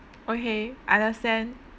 okay I understand